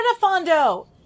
Fondo